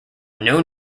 known